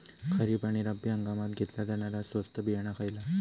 खरीप आणि रब्बी हंगामात घेतला जाणारा स्वस्त बियाणा खयला?